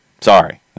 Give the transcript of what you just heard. Sorry